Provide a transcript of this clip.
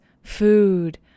Food